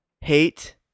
hate